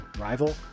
rival